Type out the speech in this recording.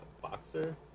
boxer